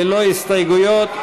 ללא הסתייגויות.